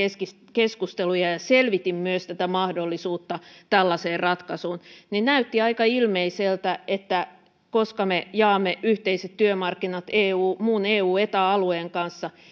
keskusteluja ja selvitin myös tätä mahdollisuutta tällaiseen ratkaisuun näytti aika ilmeiseltä että koska me jaamme yhteiset työmarkkinat muun eu ja eta alueen kanssa